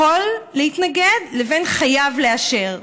יכול להתנגד לבין חייב לאשר.